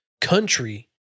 country